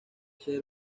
ser